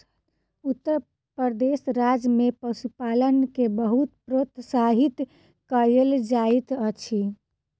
उत्तर प्रदेश राज्य में पशुपालन के बहुत प्रोत्साहित कयल जाइत अछि